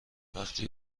وقتی